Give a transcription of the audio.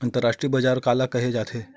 अंतरराष्ट्रीय बजार काला कहे जाथे?